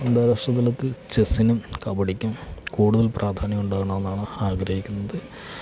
അന്താരാഷ്ട്ര തലത്തിൽ ചെസ്സിനും കബഡിക്കും കൂടുതൽ പ്രാധാന്യം ഉണ്ടാവണമെന്നാണ് ആഗ്രഹിക്കുന്നത്